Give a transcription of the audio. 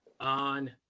on